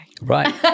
Right